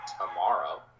tomorrow